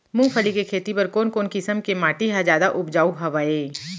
मूंगफली के खेती बर कोन कोन किसम के माटी ह जादा उपजाऊ हवये?